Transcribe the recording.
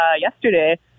yesterday